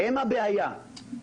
הם הבעיה,